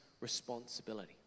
responsibility